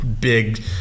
big